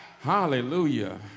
Hallelujah